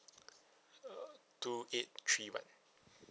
uh two eight three one